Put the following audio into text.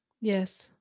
yes